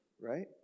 right